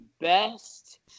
best